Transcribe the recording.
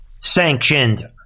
sanctioned